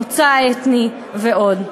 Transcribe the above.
מוצא אתני ועוד.